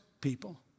people